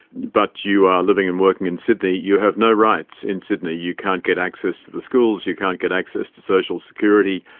but you are living and working in sydney, you have no rights in sydney, you can't get access to the schools, you can't get access to social security,